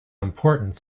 important